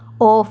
off